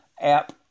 app